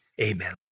Amen